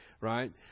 Right